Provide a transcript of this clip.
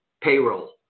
payroll